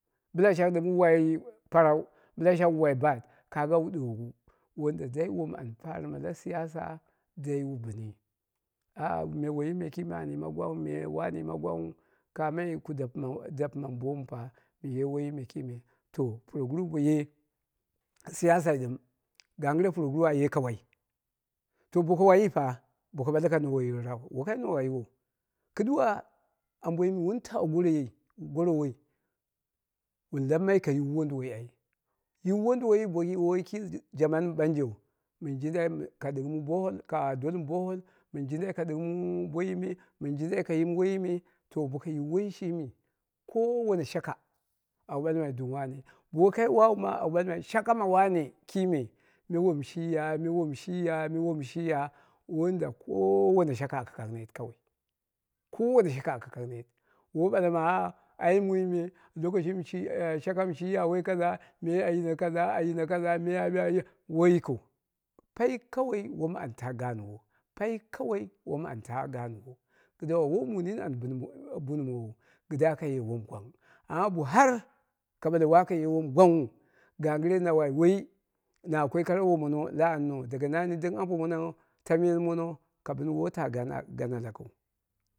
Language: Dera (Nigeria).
Bɨla shangni ɗɨm wu wai parau bɨla shangni wu bai baat kaga wu ɗighoghu dai. Wom an tarima la siyasa dai wu bɨni, aa me woiyi me kime an yima gwangru me wani yima gwangnghu, kamai ku dapɨmamu boomu fa mɨye woiyi me kime to puroguru boye la siyasa dɨm gangɨre puroguru aye ka wai, to boko wayi fa, boko ɓale na nowe yino nau woi kai nowa yiwou. Kɨduwa ambo mɨwun tawa goroghei gorowoi wun lammai ka yiwu wonduwoi ai, yiwu wondu woyi bo woi ki jaman mi ɓanjeu, mɨn jindai ka ɗighimu borehole ka dool mu borehole, mɨn jindai ka ɗignɨmu boiyi me, mɨn jindai ka yimu woiyi me to boko yiwu boiyi shimi, kowane shaka au ɓalmai ɗɨm kai madala bo woka wauma au ɓalmai shaka ma wane kin me wom shiya, me wom shi ya wando kowane shaka aka kang nghai kawai kowane shaka aka kang net woi ɓala ma ai mui me lokoshe shakam shi ya woiyi me a yino kaza ayino kaza, a yino kaza me me woi yi kiu, kai ka wai wom an taa gaanwo kai kai kawai wom an taa gaanwo kɨduwo woi mu nini an bun mowok kɨdda ka ye wom gwang amma bo har ka bale waka ye wom gwang nghu, gan gɨre na wai woi, na komai la amo daga nani dɨm ambo mono, tamyenmono ka bɨn woi taa gaan gana lakiu.